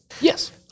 Yes